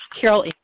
Carol